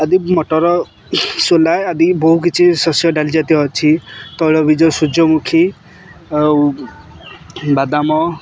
ଆଦି ମଟର ସୋଲା ଆଦି ବହୁ କିଛି ଶସ୍ୟ ଡାଲି ଜାତୀୟ ଅଛି ତୈଳ ବିଜ ସୂର୍ଯ୍ୟମୁଖୀ ଆଉ ବାଦାମ